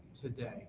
today